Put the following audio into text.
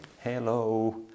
hello